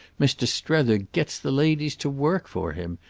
mr. strether gets the ladies to work for him!